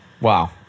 Wow